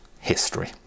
history